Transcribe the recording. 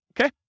Okay